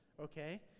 okay